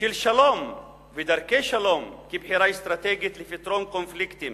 של שלום ודרכי שלום כבחירה אסטרטגית לפתרון קונפליקטים